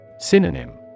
Synonym